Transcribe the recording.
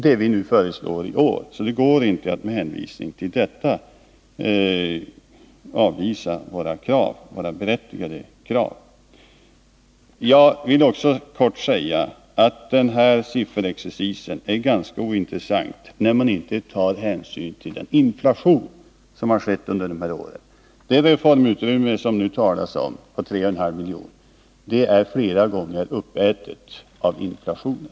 Det är ju vad vi föreslår iår. Det går alltså inte att med hänvisning till den propositionen avvisa våra berättigade krav. Jag vill också kort säga att den här sifferexercisen är ganska ointressant, när man inte tar hänsyn till inflationen under senare år. Det reformutrymme på 3,5 milj.kr., som det nu talas om, är flera gånger om uppätet av inflationen.